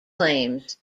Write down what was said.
claims